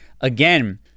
again